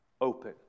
open